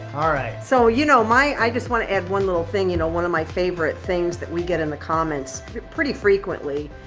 ah right. so, you know i just wanna add one little thing, you know one of my favorite things that we get in the comments pretty frequently.